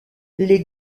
les